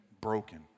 broken